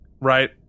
right